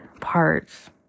parts